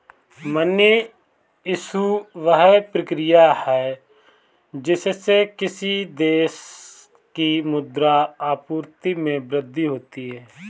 money issue, वह प्रक्रिया है जिससे किसी देश की मुद्रा आपूर्ति में वृद्धि होती है